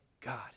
God